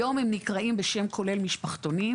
היום הם נקראים בשם כולל משפחתונים.